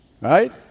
right